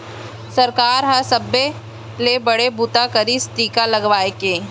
सरकार ह सबले बड़े बूता करिस टीका लगवाए के